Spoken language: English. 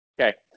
Okay